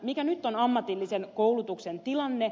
mikä nyt on ammatillisen koulutuksen tilanne